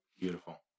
Beautiful